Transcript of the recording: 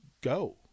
go